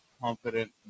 confident